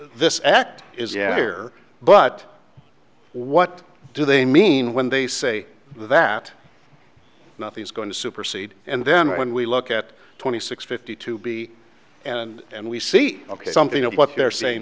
this act is in here but what do they mean when they say that nothing is going to supersede and then when we look at twenty six fifty two b and and we see ok something of what they're saying